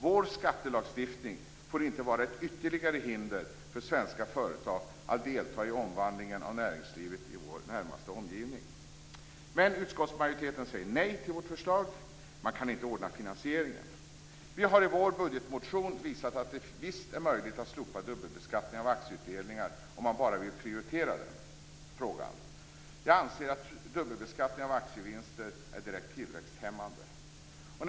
Vår skattelagstiftning får inte vara ett ytterligare hinder för svenska företag att delta i omvandlingen av näringslivet i vår närmaste omgivning. Men utskottsmajoriteten säger nej till vårt förslag. Man kan inte ordna finansieringen. I vår budgetmotion har vi visat att det är möjligt att slopa dubbelbeskattningen av aktieutdelningar om man bara vill prioritera frågan. Jag anser att dubbelbeskattningen av aktievinster är direkt tillväxthämmande.